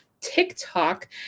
TikTok